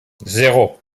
zéro